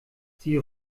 sie